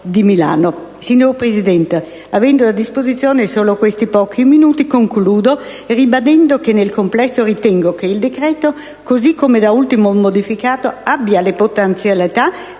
Signor Presidente, avendo a disposizione solo questi pochi minuti, concludo ribadendo che nel complesso ritengo che il decreto, così come da ultimo modificato, abbia le potenzialità per ridurre il